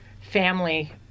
family